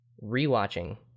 re-watching